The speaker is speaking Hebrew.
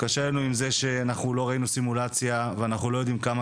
קשה לנו עם זה שלא ראינו סימולציה ואנחנו לא יודעים כמה